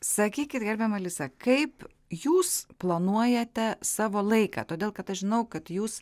sakykit gerbiama alisa kaip jūs planuojate savo laiką todėl kad aš žinau kad jūs